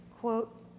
quote